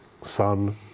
sun